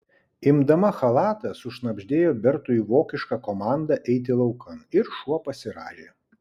imdama chalatą sušnabždėjo bertui vokišką komandą eiti laukan ir šuo pasirąžė